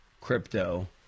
crypto